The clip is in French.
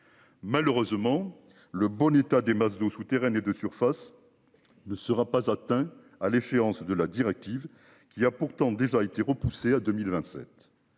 Malheureusement le bon état des masses d'eaux souterraines et de surface. Ne sera pas atteint à l'échéance de la directive qui a pourtant déjà été repoussée à 2027.